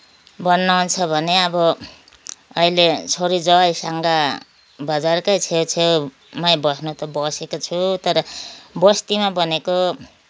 भन्नुहुन्छ भने अब अहिले छोरी ज्वाइँसँग बजारकै छेउछाउमा बस्न त बसेकी छु तर बस्तीमा भनेको